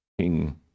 king